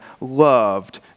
loved